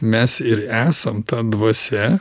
mes ir esam ta dvasia